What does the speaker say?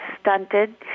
stunted